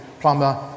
plumber